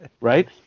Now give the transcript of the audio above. Right